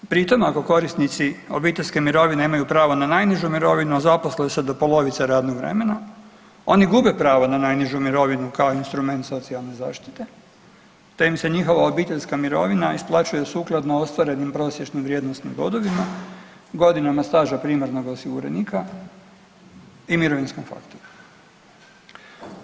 Pri tom ako korisnici obiteljske mirovine imaju pravo na najnižu mirovinu, a zaposle se do polovice radnog vremena oni gube pravo na najnižu mirovinu kao instrument socijalne zaštite, te im se njihova obiteljska mirovina isplaćuje sukladno ostvarenim prosječnim vrijednosnim bodovima, godinama staža primarnog osiguranika i mirovinskom faktoru.